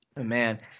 man